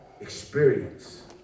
experience